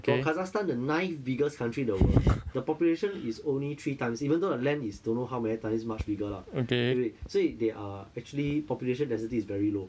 for kazakhstan the ninth biggest country in the world though the population is only three times even though the land is don't know how many times much bigger lah 对不对所以 they are actually population density is very low